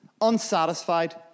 Unsatisfied